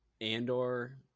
Andor